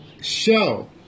show